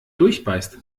durchbeißt